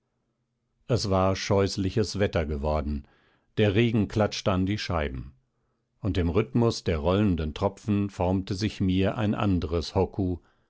es war scheußliches wetter geworden der regen klatschte an die scheiben und im rhythmus der rollenden tropfen formte sich mir ein anderes hokku